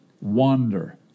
Wander